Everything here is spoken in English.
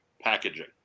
packaging